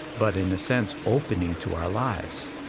but in a sense opening to our lives.